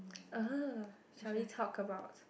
uh shall we talk about